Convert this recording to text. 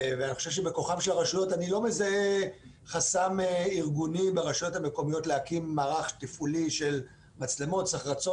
אני לא מזהה חסם ארגוני ברשויות המקומיות להקים מערך תפעולי של מצלמות,